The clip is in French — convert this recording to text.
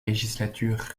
législatures